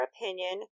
opinion